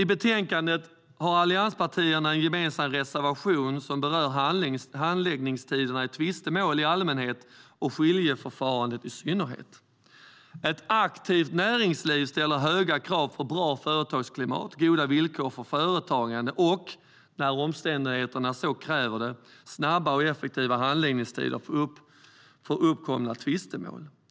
I betänkandet har allianspartierna en gemensam reservation som berör handläggningstiderna i tvistemål i allmänhet och skiljeförfarandet i synnerhet. Ett aktivt näringsliv ställer höga krav på bra företagsklimat, goda villkor för företagande och - när omständigheterna så kräver - snabba och effektiva handläggningstider för uppkomna tvistemål.